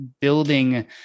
building